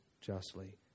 justly